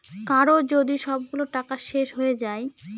কারো যদি সবগুলো টাকা শেষ হয়ে যায়